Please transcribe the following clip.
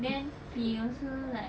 then he also like